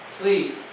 please